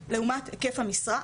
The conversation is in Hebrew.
לעובדת לעומת היקף המשרה.